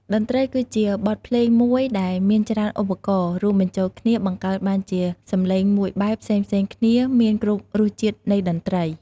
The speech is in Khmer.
តន្រ្តីគឺជាបទភ្លេងមួយដែលមានច្រើនឧបករណ៏រួមបញ្ចូលគ្នាបង្កើតបានជាសំឡេមួយបែបផ្សេងៗគ្នាមានគ្រប់រស់ជាតិនៃតន្រ្តី។